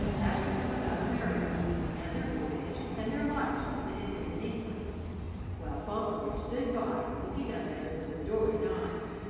asking them about america and their voyage and their life since they had been in england while fauntleroy stood by, looking up at her with adoring eyes,